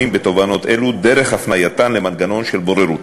בתובענות אלו דרך הפנייתן למנגנון של בוררות.